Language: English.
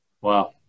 Wow